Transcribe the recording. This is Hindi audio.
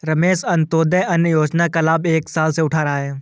राकेश अंत्योदय अन्न योजना का लाभ एक साल से उठा रहा है